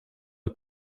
der